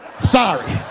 sorry